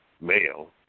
male